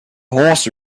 horse